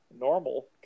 normal